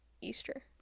Easter